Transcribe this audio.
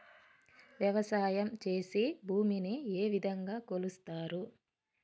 వ్యవసాయం చేసి భూమిని ఏ విధంగా కొలుస్తారు?